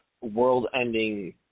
world-ending